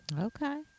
Okay